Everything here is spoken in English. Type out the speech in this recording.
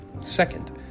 second